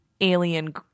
alien